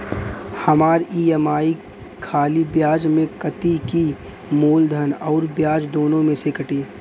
हमार ई.एम.आई खाली ब्याज में कती की मूलधन अउर ब्याज दोनों में से कटी?